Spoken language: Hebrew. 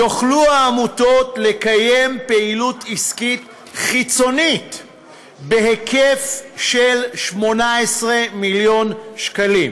יוכלו העמותות לקיים פעילות עסקית חיצונית בהיקף של 18 מיליון שקלים.